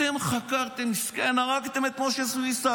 אתם חקרתם, מסכן, הרגתם את משה סויסה.